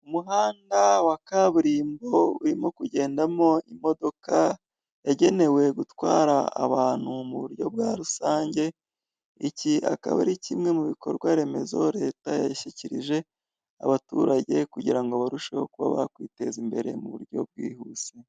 Umuhanda wa kaburimbo urimo kugendamo imodoka yagenewe gutwara abantu mu buryo bwa rusange, iki akaba kimwe mu bikorwa remezo leta yashyikirije abaturage kugira ngo barusheho kuba bakwiteza imbere muburyo bwihuse.